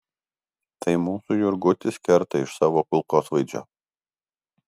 tai mūsų jurgutis kerta iš savo kulkosvaidžio